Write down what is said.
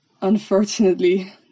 unfortunately